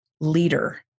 leader